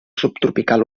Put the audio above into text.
subtropical